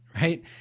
right